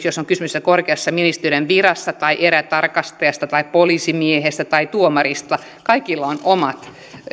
jos esimerkiksi on kysymys korkeasta ministeriön virasta tai erätarkastajasta tai poliisimiehestä tai tuomarista kaikilla on omat